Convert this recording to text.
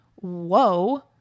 whoa